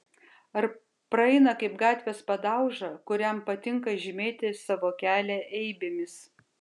ar praeina kaip gatvės padauža kuriam patinka žymėti savo kelią eibėmis